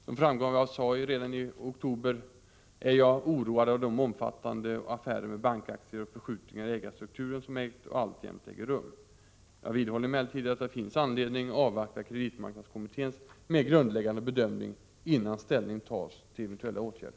Som framgår av vad jag sade redan i oktober förra året är jag oroad av de omfattande affärer med bankaktier och förskjutningar i ägarstrukturen som ägt och alltjämt äger rum. Jag vidhåller emellertid att det finns anledning avvakta kreditmarknadskommitténs mer grundläggande bedömning, innan ställning tas till eventuella åtgärder.